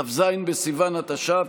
כ"ז בסיוון התש"ף,